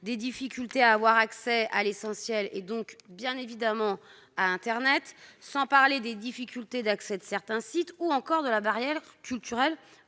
des difficultés à avoir accès à l'essentiel, et donc, bien évidemment à internet, sans parler des difficultés d'accès spécifiques de certains sites, ou encore de la barrière culturelle